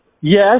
Yes